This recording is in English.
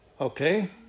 Okay